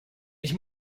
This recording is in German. ich